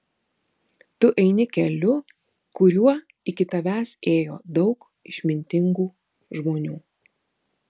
tu eini keliu kuriuo iki tavęs ėjo daug išmintingų žmonių